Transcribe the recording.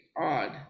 odd